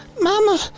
Mama